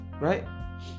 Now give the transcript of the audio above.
right